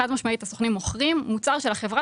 חד משמעית הסוכנים מוכרים מוצר של החברה